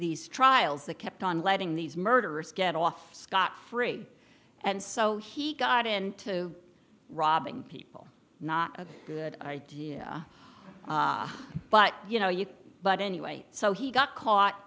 these trials that kept on letting these murderers get off scot free and so he got into robbing people not a good idea but you know you but anyway so he got caught